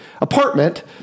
apartment